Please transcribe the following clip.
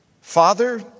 Father